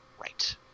Right